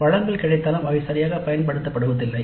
வளங்கள் கிடைத்தாலும் அவை சரியாகப் பயன்படுத்தபடுவதில்லை